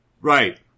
Right